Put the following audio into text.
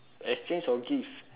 exchange for gift